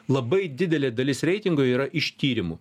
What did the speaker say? labai didelė dalis reitingų yra iš tyrimo